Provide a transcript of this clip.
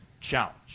Challenge